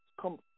come